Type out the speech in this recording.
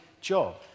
job